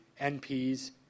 nps